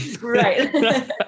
Right